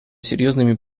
серьезными